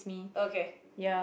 okay